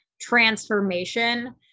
transformation